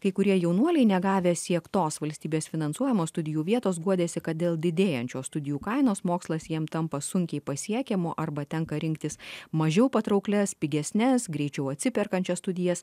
kai kurie jaunuoliai negavę siektos valstybės finansuojamos studijų vietos guodėsi kad dėl didėjančios studijų kainos mokslas jiem tampa sunkiai pasiekiamu arba tenka rinktis mažiau patrauklias pigesnes greičiau atsiperkančias studijas